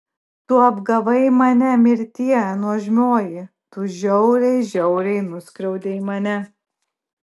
tu apgavai mane mirtie nuožmioji tu žiauriai žiauriai nuskriaudei mane